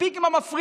מספיק עם המפריד,